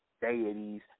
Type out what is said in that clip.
deities